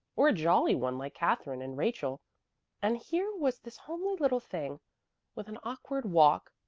or a jolly one like katherine and rachel and here was this homely little thing with an awkward walk,